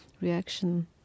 reaction